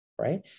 right